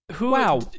Wow